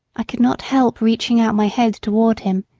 i could not help reaching out my head toward him.